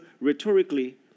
rhetorically